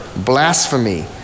blasphemy